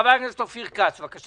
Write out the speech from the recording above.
חבר הכנסת אופיר כץ, בבקשה.